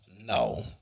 No